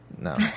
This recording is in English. No